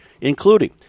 including